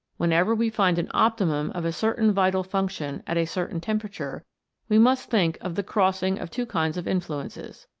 whenever we find an optimum of a certain vital function at a certain temperature we must think of the crossing of two kinds of influences.